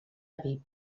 aviv